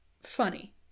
Funny